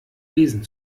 lesen